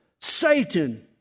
Satan